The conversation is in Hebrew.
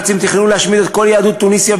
הנאצים תכננו להשמיד את כל יהדות תוניסיה